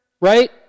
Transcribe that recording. right